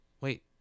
wait